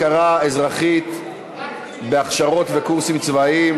הכרה אזרחית בהכשרות וקורסים צבאיים),